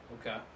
okay